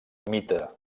mite